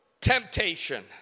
temptation